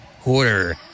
quarter